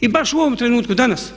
I baš u ovom trenutku danas.